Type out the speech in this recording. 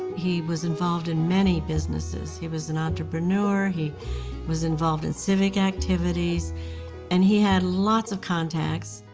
he was involved in many businesses, he was an entrepreneur, he was involved in civic activities and he had lots of contacts.